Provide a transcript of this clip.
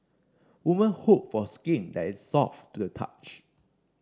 woman hope for skin that is soft to the touch